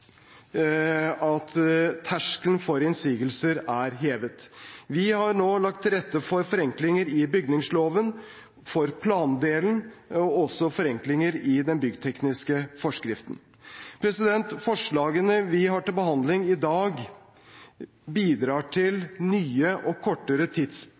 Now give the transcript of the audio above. at terskelen for innsigelser er hevet. Vi har nå lagt til rette for forenklinger i bygningsloven, for plandelen og også i den byggtekniske forskriften. Forslagene vi har til behandling i dag, bidrar til nye og kortere